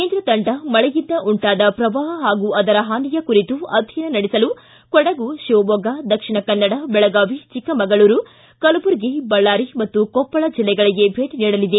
ಕೇಂದ್ರ ತಂಡ ಮಳೆಯಿಂದ ಉಂಟಾದ ಪ್ರವಾಹ ಹಾಗೂ ಅದರ ಹಾನಿಯ ಕುರಿತು ಅಧ್ಯಯನ ನಡೆಸಲು ಕೊಡಗು ಶಿವಮೊಗ್ಗ ದಕ್ಷಿಣ ಕನ್ನಡ ಬೆಳಗಾವಿ ಚಿಕ್ಕಮಗಳೂರು ಕಲಬುರಗಿ ಬಳ್ಳಾರಿ ಮತ್ತು ಕೊಪ್ಪಳ ಜಿಲ್ಲೆಗಳಿಗೆ ಭೇಟಿ ನೀಡಲಿದೆ